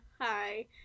Hi